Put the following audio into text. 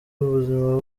ubuzima